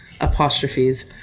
apostrophes